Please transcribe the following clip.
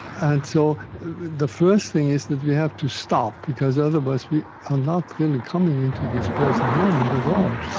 and so the first thing is that we have to stop, because otherwise we are not really coming into this present moment at all,